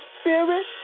spirit